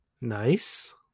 Nice